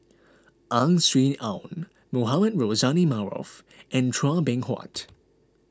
Ang Swee Aun Mohamed Rozani Maarof and Chua Beng Huat